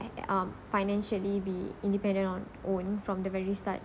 um financially be independent on own from the very start